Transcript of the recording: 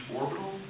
orbital